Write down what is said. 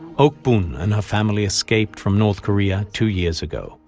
ok-bun and her family escaped from north korea two years ago.